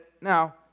now